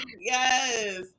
Yes